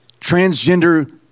transgender